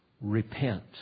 Repent